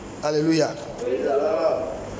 Hallelujah